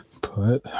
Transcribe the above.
put